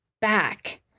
back